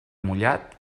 mullat